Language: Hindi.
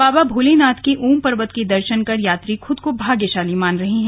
बाबा भोलेनाथ के ओम पर्वत के दर्शन कर यात्री खद को भाग्यशाली मान रहे हैं